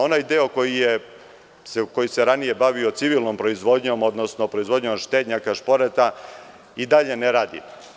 Onaj deo koji se ranije bavio civilnom proizvodnjom, odnosno štednjaka, šporeta i dalje ne radi.